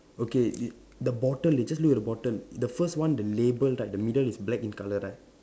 okay the the bottle you just look at the bottle the first one the label right the middle is black in colour right